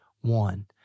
one